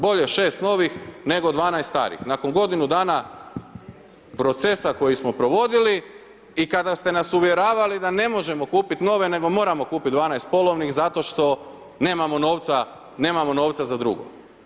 Bolje 6 novih, nego 12 starih, nakon godinu dana procesa koji smo provodili i kada ste nas uvjeravali da ne možemo kupiti nove, nego moramo kupiti 12 polovnih zato što nemamo novca, nemamo novca za drugo.